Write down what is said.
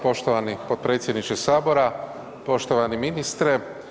Poštovani potpredsjedniče Sabora, poštovani ministre.